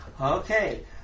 Okay